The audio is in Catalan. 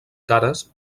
cares